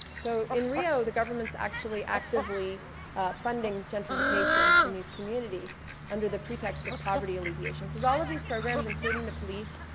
so in rio, the government's actually actively funding gentrification in these communities under the pretext of poverty alleviation. cause all of these programs, including the police,